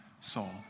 soul